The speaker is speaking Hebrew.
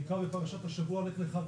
נקרא בפרשת השבוע לך לך,